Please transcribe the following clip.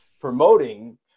promoting